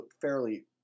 fairly